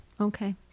Okay